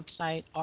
website